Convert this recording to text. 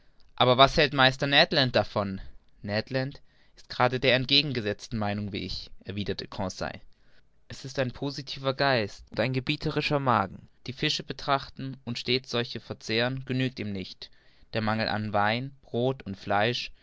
aber was hält meister ned land davon ned land ist gerade der entgegengesetzten meinung wie ich erwiderte conseil es ist ein positiver geist und ein gebieterischer magen die fische betrachten und stets solche verzehren genügt ihm nicht der mangel an wein brod und fleisch